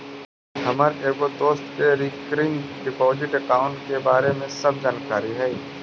हमर एगो दोस्त के रिकरिंग डिपॉजिट अकाउंट के बारे में सब जानकारी हई